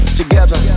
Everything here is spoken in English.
together